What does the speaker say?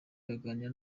baganira